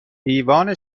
دیوان